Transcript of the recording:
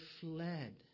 fled